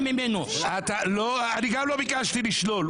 לא ביקשתם לשלול ממנו.